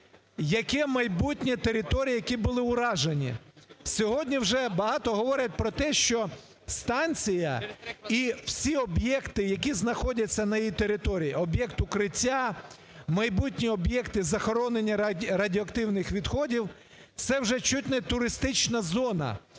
яке майбутнє територій, які були уражені. Сьогодні вже багато говорять про те, що станція і всі об'єкти, які знаходяться на її території – об'єкт "Укриття", майбутні об'єкти захоронення радіоактивних відходів – це вже чуть не туристична зона.